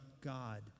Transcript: God